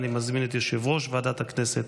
אני מזמין את יושב-ראש ועדת הכנסת